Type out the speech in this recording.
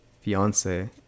fiance